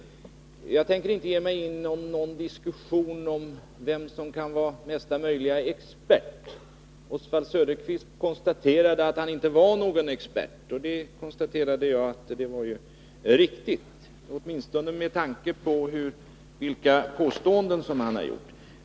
Jag tänker inte ge mig in i någon diskussion om vem som kan vara mesta möjliga expert. Oswald Söderqvist konstaterade att han inte var någon expert — och jag för min del konstaterade att det var riktigt, åtminstone med tanke på de påståenden han har gjort.